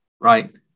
right